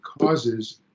causes